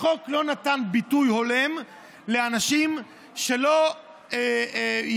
החוק לא נתן ביטוי הולם לאנשים שלא ידעו